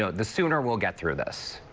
so the sooner we'll get through this.